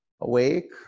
Awake